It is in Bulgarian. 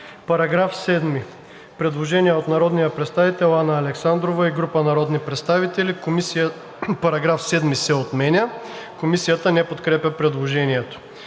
По § 7 има предложение от народния представител Анна Александрова и група народни представители: „Параграф 7 се отменя.“ Комисията не подкрепя текста